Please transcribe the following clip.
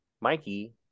Mikey